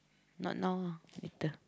not now ah later